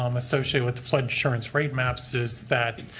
um associate with the flood insurance rate maps. is that.